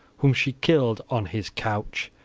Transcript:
whom she killed on his couch,